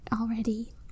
already